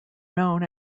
known